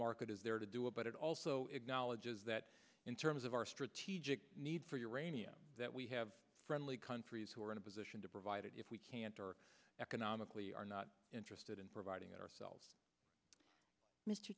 market is there to do it but it also acknowledges that in terms of our strategic needs that we have friendly countries who are in a position to provide it if we can't or economically are not interested in providing it ourselves mr